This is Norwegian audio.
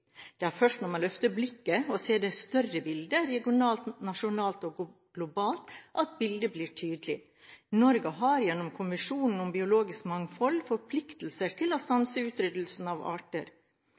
Det er først når man løfter blikket og ser det større bildet – regionalt, nasjonalt og globalt – at bildet blir tydelig. Norge har gjennom konvensjonen om biologisk mangfold forpliktelser til å